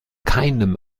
keinem